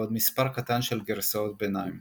ועוד מספר קטן של גרסאות ביניים